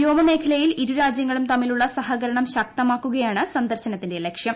വ്യോമ മേഖലയിൽ ഇരു രാജ്യങ്ങളും ത്ത്മില്ലുള്ള സഹകരണം ശക്തമാക്കുകയാണ് സന്ദർശനത്തിന്റെ ലക്ഷ്യം